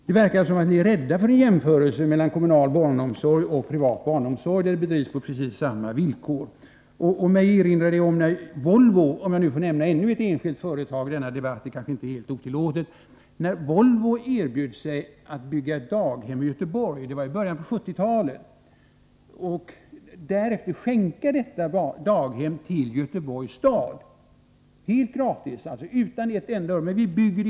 Det verkar som om ni är rädda för en jämförelse mellan kommunal och privat barnomsorg, bedriven på precis samma villkor. Jag kan erinra om att Volvo — om jag i denna debatt får nämna ännu ett enskilt företag, det kanske inte är helt otillåtet — i början av 1970-talet erbjöd sig att bygga daghem i Göteborg och därefter skänka det till Göteborgs stad, det skulle inte kosta ett enda öre.